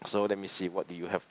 so let me see what do you have